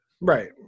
Right